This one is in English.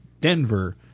Denver